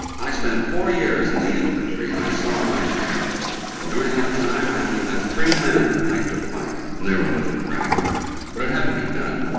i spent four years in the infantry and i saw my share and during that time, i only met three men that liked to fight. they were a little cracked but it had to be done.